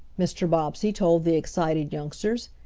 mr. bobbsey told the excited youngsters.